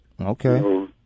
Okay